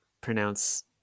pronounce